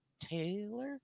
Taylor